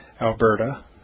Alberta